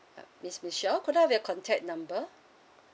ya miss Michelle could I have your contact number